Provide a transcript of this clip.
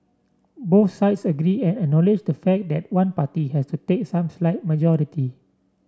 both sides agree and acknowledge the fact that one party has to take some slight majority